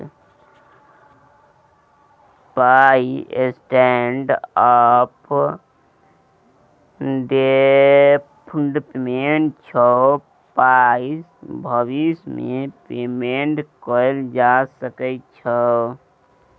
पाइ standard of deferred payment छै पाइसँ भबिस मे पेमेंट कएल जा सकै छै